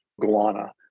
guana